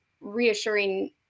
reassuring